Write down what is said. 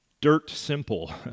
dirt-simple